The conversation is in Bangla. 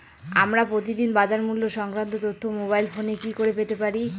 আমরা প্রতিদিন বাজার মূল্য সংক্রান্ত তথ্য মোবাইল ফোনে কি করে পেতে পারি?